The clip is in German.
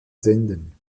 senden